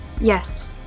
Yes